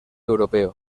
europeo